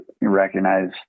recognize